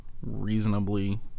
reasonably